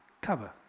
cover